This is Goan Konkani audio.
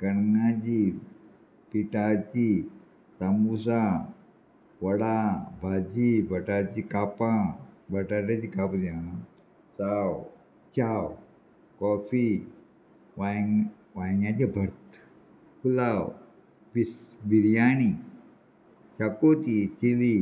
कणगाची पिटाची सामुसा वडा भाजी बटाची कापां बटाट्याची कापल्या साव चाव कॉफी वांय वांयग्याचें भर्त पुलाव पिस बिरयाणी शाकोती चिली